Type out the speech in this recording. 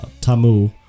Tamu